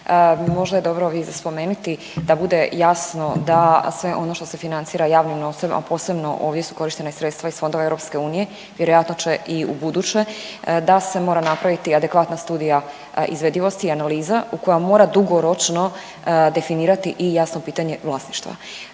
Možda je dobro ovdje za spomenuti da bude jasno da sve ono što se financira javnim novcem, a posebno ovdje iskorištenja sredstva iz fondova EU, vjerojatno će i ubuduće, da se mora napraviti adekvatna studija izvedivosti i analiza u koja mora dugoročno definirati i jasno pitanje vlasništva.